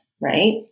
right